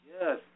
Yes